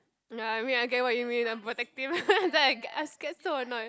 no I mean I get what you mean I'm protective then I ge~ get so annoyed